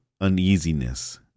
uneasiness